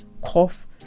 cough